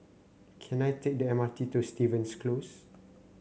can I take the M R T to Stevens Close